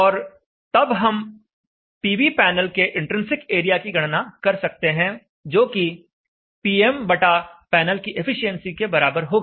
और तब हम पीवी पैनल के इन्ट्रिंसिक एरिया की गणना कर सकते हैं जोकि Pm बटा पैनल की एफिशिएंसी के बराबर होगा